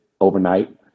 overnight